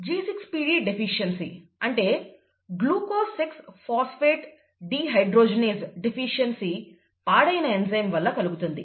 G6PD deficiency అంటే glucose six phosphate dehydrogenase deficiency పాడైన enzyme వల్ల కలుగుతుంది